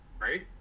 right